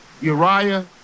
Uriah